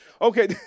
Okay